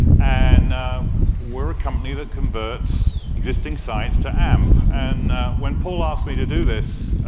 and we're a company that converts existing sites to amp. and when paul asked me to do this,